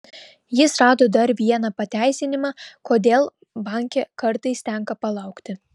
jis rado dar vieną pateisinimą kodėl banke kartais tenka palaukti